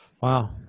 Wow